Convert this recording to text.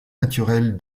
naturel